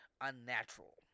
unnatural